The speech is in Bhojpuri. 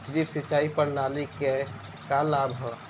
ड्रिप सिंचाई प्रणाली के का लाभ ह?